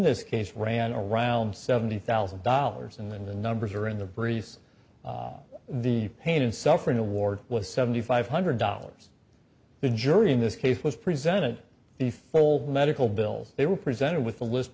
this case ran around seventy thousand dollars and the numbers are in the briefs the pain and suffering award was seventy five hundred dollars the jury in this case was presented the full medical bills they were presented with a list